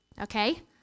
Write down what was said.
Okay